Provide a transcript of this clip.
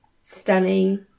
stunning